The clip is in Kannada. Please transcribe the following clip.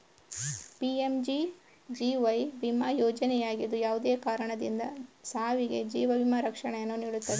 ಪಿ.ಎಮ್.ಜಿ.ಜಿ.ವೈ ವಿಮಾ ಯೋಜನೆಯಾಗಿದ್ದು, ಯಾವುದೇ ಕಾರಣದಿಂದ ಸಾವಿಗೆ ಜೀವ ವಿಮಾ ರಕ್ಷಣೆಯನ್ನು ನೀಡುತ್ತದೆ